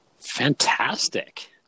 fantastic